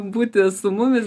būti su mumis